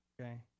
Okay